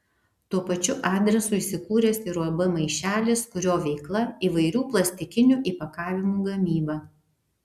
tuo pačiu adresu įsikūręs ir uab maišelis kurio veikla įvairių plastikinių įpakavimų gamyba